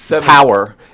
power